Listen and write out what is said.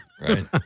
Right